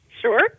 Sure